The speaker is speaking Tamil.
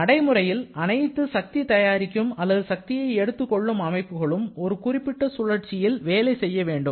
நடைமுறையில் அனைத்து சக்தி தயாரிக்கும் அல்லது சக்தியை எடுத்துக் கொள்ளும் அமைப்புகளும் ஒரு குறிப்பிட்ட சுழற்சியில் வேலை செய்ய வேண்டும்